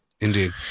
Indeed